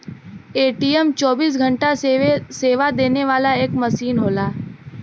ATM चौबीस घंटा सेवा देवे वाला एक मसीन होला